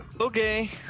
Okay